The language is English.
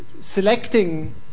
selecting